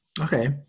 okay